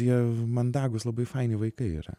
jie mandagūs labai faini vaikai yra